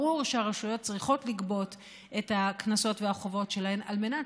ברור שהרשויות צריכות לגבות את הקנסות והחובות שלהן על מנת